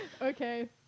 Okay